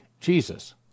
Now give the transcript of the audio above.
Jesus